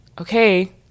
okay